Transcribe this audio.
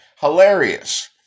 Hilarious